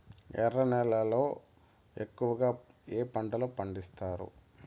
ఎర్ర నేలల్లో ఎక్కువగా ఏ పంటలు పండిస్తారు